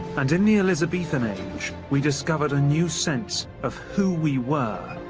and in the elizabethan age, we discovered a new sense of who we were.